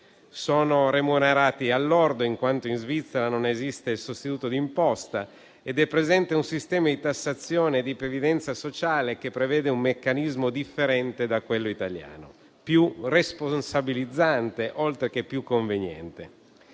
Sono remunerati al lordo, in quanto in Svizzera non esiste il sostituto d'imposta. Ed è presente un sistema di tassazione e di previdenza sociale che prevede un meccanismo differente da quello italiano: più responsabilizzante, oltre che più conveniente,